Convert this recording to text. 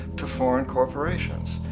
to foreign corporations.